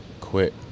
quit